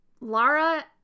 Lara